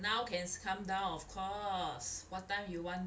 now can come down of course what time you want